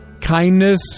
kindness